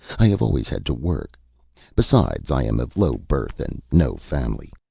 i have always had to work besides, i am of low birth and no family.